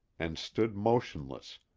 and stood motionless,